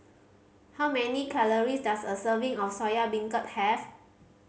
how many calories does a serving of Soya Beancurd have